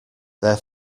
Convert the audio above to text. their